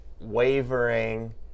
wavering